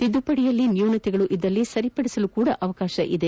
ತಿದ್ಲುಪಡಿಯಲ್ಲಿ ನ್ಯೂನತೆಗಳಿದ್ದಲ್ಲಿ ಸಂಪಡಿಸಲು ಅವಕಾಶಗಳವೆ